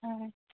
হয়